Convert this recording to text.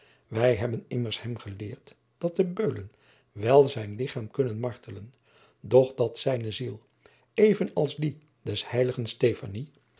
wij hebben immers hem geleerd dat de beulen wel zijn lichaam kunnen martelen doch dat zijne ziel even als die des heiligen